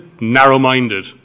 narrow-minded